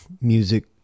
music